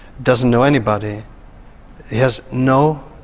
doesn't know anybody he has no